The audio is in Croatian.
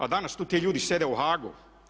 A danas tu ti ljudi sjede u Haagu.